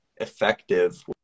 effective